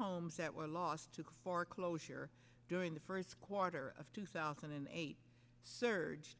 homes that were lost to foreclosure during the first quarter of two thousand and eight surge